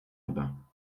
urbain